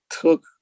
took